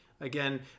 Again